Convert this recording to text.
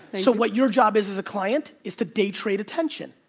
so what your job is as a client, is to day trade attention,